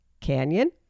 Canyon